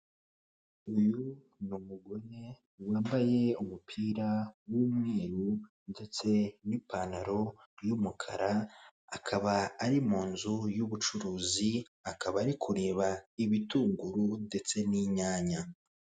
Uyu ni umugore wambaye umupira w'umweru ndetse n'ipantaro y'umukara, akaba ari mu inzu y'ubucuruzi akaba ari kureba ibitunguru ndetse n'inyana